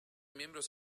miembros